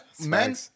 men